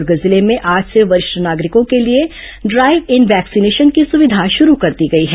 दुर्ग जिले में आज से वरिष्ठ नागरिकों के लिए ड्राइव इन वैक्सीनेशन की सुविधा शुरू कर दी गई है